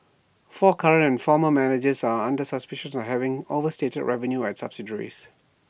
four current former managers are under suspicion of having overstated revenue at subsidiaries